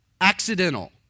accidental